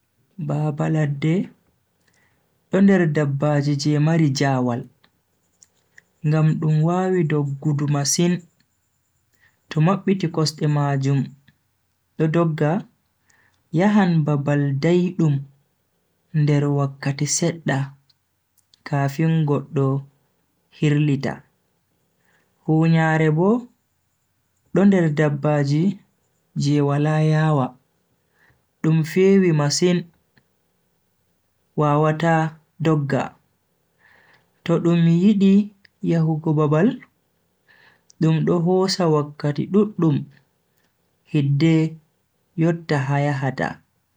Baba ladde do nder dabaji je mari jaawal, ngam dum wawi doggudu masin to mabbiti kosde majum do dogga yahan babal daidum nder wakkati sedda kafin goddo hirlita. hunyanre bo do nder dabbaji je wala yaawa, dum fewi masin wawata dogga. to dum yidi yahugo babal dum do hosa wakkati duddum hidde yotta ha yahata.